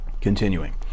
Continuing